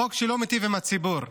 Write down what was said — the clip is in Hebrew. חוק שלא מיטיב עם הציבור,